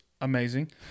amazing